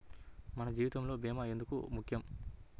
మన జీవితములో భీమా ఎందుకు ముఖ్యం?